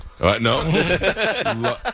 No